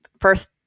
first